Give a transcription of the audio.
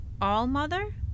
All-Mother